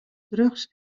drugs